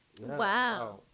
wow